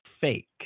fake